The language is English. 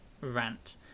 rant